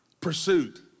pursuit